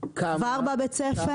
כבר בבית הספר.